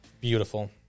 beautiful